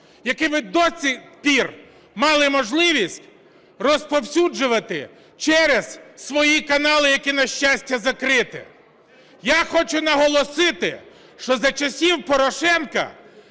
які ви до сих пір мали можливість розповсюджувати через свої канали, які, на щастя, закриті. Я хочу наголосити, що за часів Порошенка